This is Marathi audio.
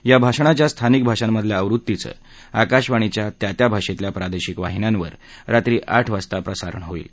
या भाषणाच्या स्थानिक भाषांमधल्या आवृत्तीचं आकाशवाणीच्या त्या त्या भाषेतल्या प्रादेशिक वाहिन्यांवर रात्री आठ वाजता प्रसारित केलं जाईल